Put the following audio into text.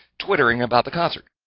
twittering about the concert.